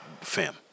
fam